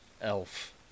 elf